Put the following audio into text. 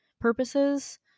purposes